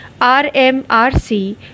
RMRC